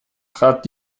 trat